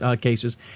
cases